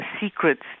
secrets